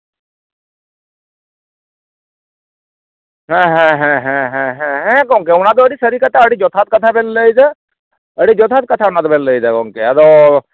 ᱦᱮᱸ ᱦᱮᱸ ᱦᱮᱸ ᱦᱮᱸ ᱦᱮᱸ ᱦᱮᱸ ᱦᱮᱸ ᱦᱮᱸ ᱜᱚᱢᱠᱮ ᱚᱱᱟ ᱫᱚ ᱟᱹᱰᱤ ᱥᱟᱹᱨᱤ ᱠᱟᱛᱷᱟ ᱟᱹᱰᱤ ᱡᱚᱛᱷᱟᱛ ᱠᱟᱛᱷᱟ ᱵᱮᱱ ᱞᱟᱹᱭᱫᱟ ᱟᱹᱰᱤ ᱡᱚᱛᱷᱟᱛ ᱠᱟᱷᱟ ᱚᱱᱟ ᱫᱚᱵᱮᱱ ᱞᱟᱹᱭᱫᱟ ᱜᱚᱢᱠᱮ ᱟᱫᱚ